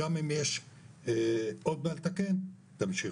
וגם אם יש עוד מה לתקן תמשיכו.